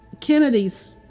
Kennedy's